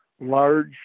large